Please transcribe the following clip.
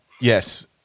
yes